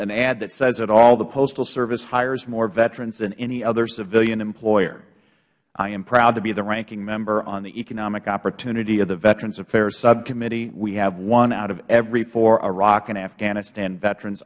an ad that says it all the postal service hires more veterans than any other civilian employer i am proud to be the ranking member on the economic opportunity of the veterans affairs subcommittee we have one out of every four iraq and afghanistan veterans